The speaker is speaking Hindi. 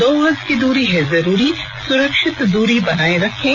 दो गज की दूरी है जरूरी सुरक्षित दूरी बनाए रखें